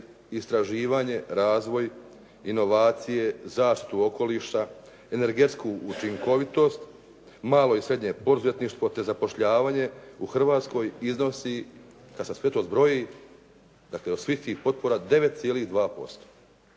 istraživanje, razvoj, inovacije, zaštitu okoliša, energetsku učinkovitost, malo i srednje poduzetništvo, te zapošljavanje u Hrvatskoj iznosi, kada se sve to zbroji dakle od svih tih potpora, 9,2%.